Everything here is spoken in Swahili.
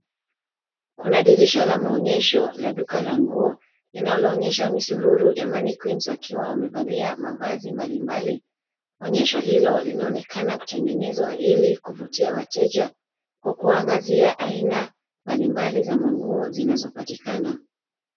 Kuna dirisha la maonyesho la duka la nguo linaloonyesha misururu ya mannequins wakiwa wamevalia mavazi mbalimbali. Onyesho hilo linaonekana kutengenezwa ili kuvutia wateja kwa kuangazia aina mbalimbali za manguo zinazopatikana.